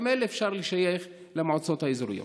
האלה אפשר לשייך למועצות האזוריות.